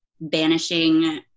banishing